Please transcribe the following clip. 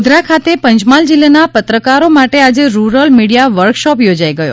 ગોધરા ખાતે પંચમહાલ જિલ્લાના પત્રકારો માટે આજે રૂરલ મીડિયા વર્કશોપ યોજાઈ ગયો